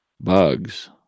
bugs